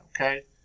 Okay